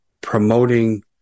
promoting